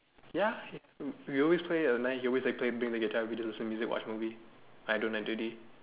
ya we always play at night he always like play bring the guitar listen to music watch movie like do night duty